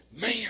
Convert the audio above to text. Man